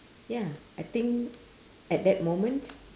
ya I think at that moment